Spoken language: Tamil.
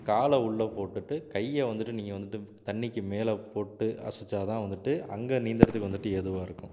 காலை உள்ளே போட்டுட்டு கையை வந்துவிட்டு நீங்கள் வந்துவிட்டு தண்ணிக்கு மேலே போட்டு அசைச்சா தான் வந்துவிட்டு அங்கே நீந்துகிறதுக்கு வந்துவிட்டு ஏதுவாக இருக்கும்